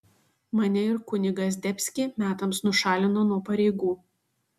mane ir kunigą zdebskį metams nušalino nuo pareigų